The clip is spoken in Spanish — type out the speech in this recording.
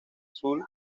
azul